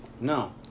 No